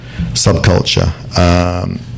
subculture